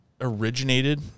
originated